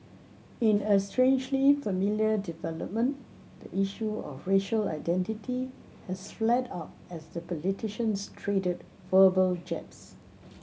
in a strangely familiar development the issue of racial identity has flared up as the politicians traded verbal jabs